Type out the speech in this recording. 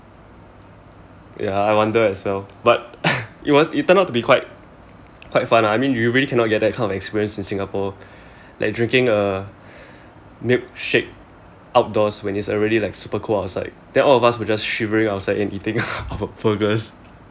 ya I wonder as well but it was it turned out to be quite quite fun lah I mean you really cannot get that kind of experience in singapore like drinking a milk shake outdoors when it's already like super cold outside then all of us were just shivering outside and eating our burgers